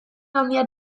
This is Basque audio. handia